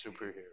superhero